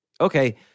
Okay